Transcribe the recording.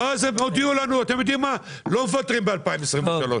2024. הם הודיעו לנו שהם לא מפטרים ב-2023,